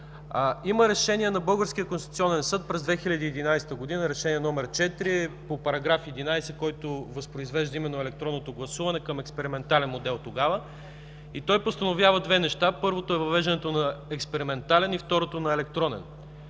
Конституционен съд през 2011 г. – Решение № 4 по § 11, който възпроизвежда именно електронното гласуване към експериментален модел тогава и той постановява две неща: първото е въвеждането на експериментален, и второто, на електронен.